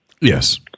Yes